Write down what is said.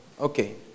Okay